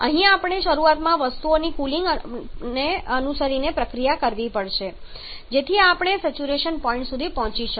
અહીં આપણે શરૂઆતમાં વસ્તુઓની કુલિંગને અનુસરીને પ્રક્રિયા કરવી પડશે જેથી કરીને આપણે સેચ્યુરેશન પોઇન્ટ સુધી પહોંચી શકીએ